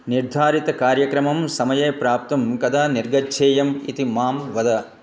निर्धारितकार्यक्रमं समये प्राप्तुं कदा निर्गच्छेयम् इति मां वद